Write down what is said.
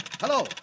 hello